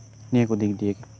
ᱱᱤᱭᱟᱹᱠᱩ ᱫᱤᱠ ᱫᱤᱭᱮᱜᱤ